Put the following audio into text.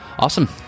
Awesome